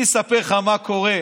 אני אספר לך מה קורה,